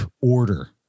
order